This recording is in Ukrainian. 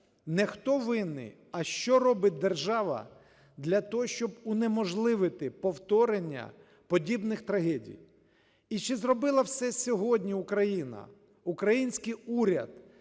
не хто винний, а що робить держава для того, щоб унеможливити повторення подібних трагедій. І чи зробила все сьогодні Україна, український уряд